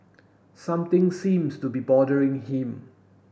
something seems to be bothering him